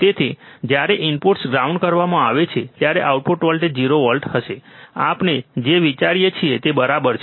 તેથી જ્યારે inputs ground કરવામાં આવે ત્યારે આઉટપુટ વોલ્ટેજ 0 વોલ્ટ હશે આપણે જે વિચારીએ છીએ તે બરાબર છે